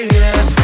yes